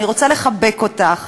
אני רוצה לחבק אותך,